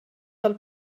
del